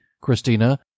Christina